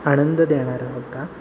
आनंद देणारा होता